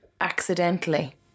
accidentally